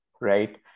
right